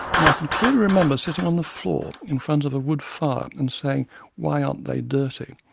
and i can clearly remember sitting on the floor in front of a wood fire and saying why aren't they dirty,